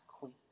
queen